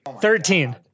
Thirteen